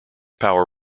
power